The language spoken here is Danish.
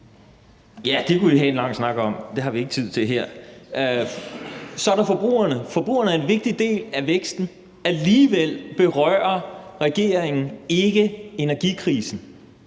(V): Det kunne vi have en lang snak om, men det har vi ikke tid til her. Så er der forbrugerne. Forbrugerne er en vigtig del af væksten. Alligevel berører regeringen ikke energikrisen.